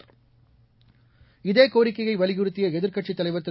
த்தே கோரிக்கையை வலியுறுத்திய எதிர்க்கட்சித் தலைவர் திரு